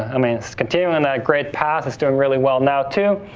i mean, it's continuing in that great path. it's doing really well now too,